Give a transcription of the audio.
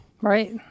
Right